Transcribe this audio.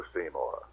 Seymour